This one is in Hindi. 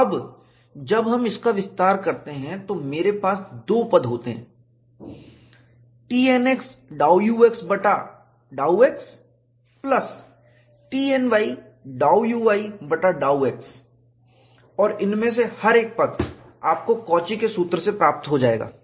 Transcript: अब जब आप इसका विस्तार करते हैं तो मेरे पास दो पद होते हैं Tnx ∂ux बटा ∂x प्लस Tny ∂uy बटा ∂x और इनमें से हर एक पद को आप कॉची के सूत्र से प्राप्त कर पाएंगे